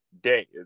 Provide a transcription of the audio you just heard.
day